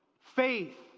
Faith